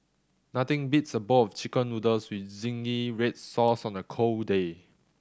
nothing beats a bowl of Chicken Noodles with zingy red sauce on a cold day